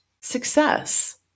success